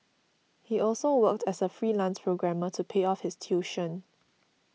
he also worked as a freelance programmer to pay off his tuition